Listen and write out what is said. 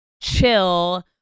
chill